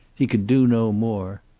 he could do no more.